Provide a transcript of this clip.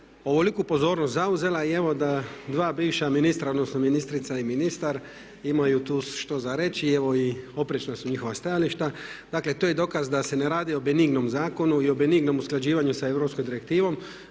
ovoliku pozornost zauzela i evo da dva bivša ministra odnosno ministrica i ministar imaju tu što za reći i evo oprečna su njihova stajališta. Dakle, to je dokaz da se ne radi o benignom zakonu i o benignom usklađivanju sa Europskom direktivom,